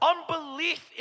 Unbelief